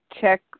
check